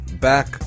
back